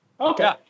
Okay